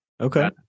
Okay